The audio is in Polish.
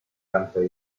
ręce